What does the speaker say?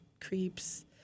creeps